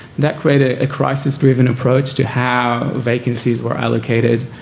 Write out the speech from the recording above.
that created a crisis-driven approach to how vacancies were allocated,